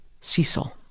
Cecil